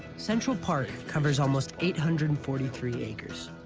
central park covers almost eight hundred and forty three acres.